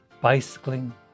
bicycling